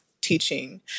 teaching